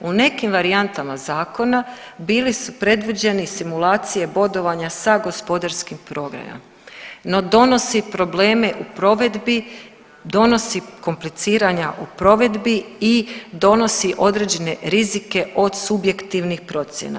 U nekim varijantama zakona bili su predviđeni simulacije bodovanja sa gospodarskim programima, no donosi probleme u provedbi, donosi kompliciranja u provedbi i donosi određene rizike od subjektivnih procjena.